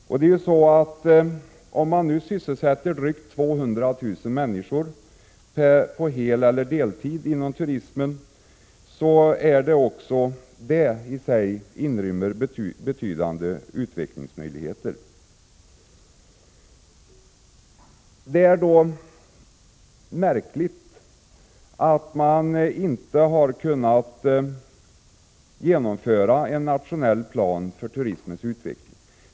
Om man sysselsätter drygt 200 000 människor på heleller deltid inom turismen, inrymmer också detta i sig betydande utvecklingsmöjligheter. Det är då märkligt att man inte har kunnat genomföra en nationell plan för turismens utveckling.